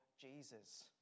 Jesus